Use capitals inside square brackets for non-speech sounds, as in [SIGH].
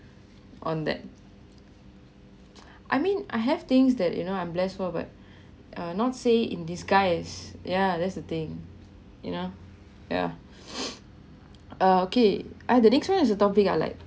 on that I mean I have things that you know I'm blessed for but uh not say in disguise ya that's the thing you know ya [BREATH] ah okay ah the next one is the topic I like